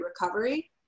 recovery